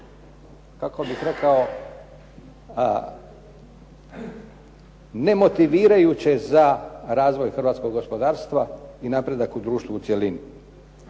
kako bih rekao ne motivirajuće za razvoj hrvatskog gospodarstva i napretka društva u cjelini.